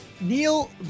Neil